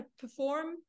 perform